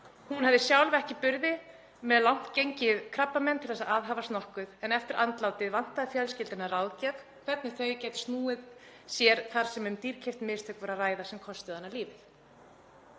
Hún hafði sjálf ekki burði með langt gengið krabbamein til þess að aðhafast nokkuð en eftir andlátið vantaði fjölskyldu hennar ráðgjöf [um hvert] þau gætu snúið sér þar sem um dýrkeypt mistök var að ræða sem kostuðu hana lífið.